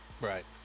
Right